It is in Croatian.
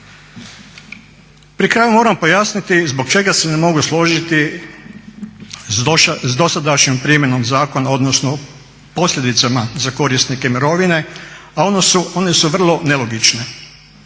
Pri kraju moram pojasniti zbog čega se ne mogu složiti s dosadašnjom primjenom zakona odnosno posljedicama za korisnike mirovine, a oni su vrlo nelogične.